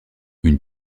une